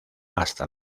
hasta